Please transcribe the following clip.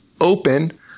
Open